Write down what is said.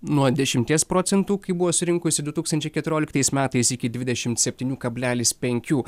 nuo dešimties procentų kai buvo surinkusi du tūkstančiais keturioliktais metais iki dvidešimt septynių kablelis penkių